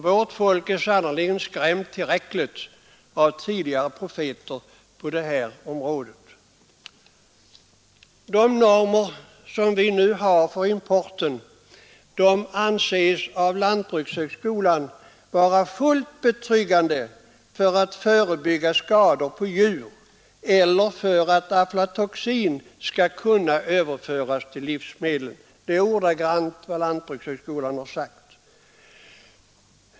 Vårt folk är sannerligen skrämt tillräckligt av tidigare profeter på detta område. De normer som vi nu har för importen anses av lantbrukshögskolan vara ”fullt betryggande evad det gäller att förebygga skador på husdjuren siktiga och inte skrämma någon i samt överföring till livsmedel av aflatoxin”.